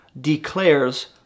declares